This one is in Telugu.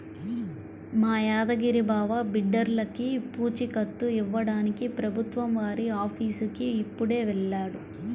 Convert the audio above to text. మా యాదగిరి బావ బిడ్డర్లకి పూచీకత్తు ఇవ్వడానికి ప్రభుత్వం వారి ఆఫీసుకి ఇప్పుడే వెళ్ళాడు